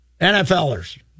NFLers